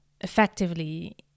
effectively